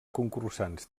concursants